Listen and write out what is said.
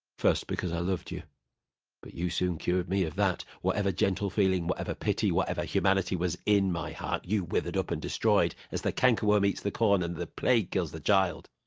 first because i loved you but you soon cured me of that whatever gentle feeling, whatever pity, whatever humanity, was in my heart you withered up and destroyed, as the canker worm eats the corn, and the plague kills the child.